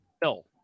Bill